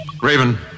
Raven